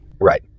Right